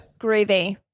Groovy